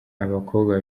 abakobwa